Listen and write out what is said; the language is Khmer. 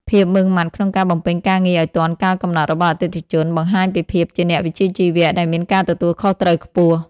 ភាពម៉ឺងម៉ាត់ក្នុងការបំពេញការងារឱ្យទាន់កាលកំណត់របស់អតិថិជន បង្ហាញពីភាពជាអ្នកវិជ្ជាជីវៈដែលមានការទទួលខុសត្រូវខ្ពស់។